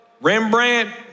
Rembrandt